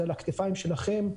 זה על הכתפיים שלכם.